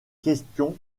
questions